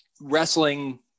Wrestling